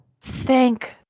Thank